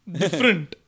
different